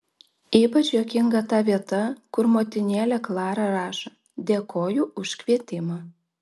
ypač juokinga ta vieta kur motinėlė klara rašo dėkoju už kvietimą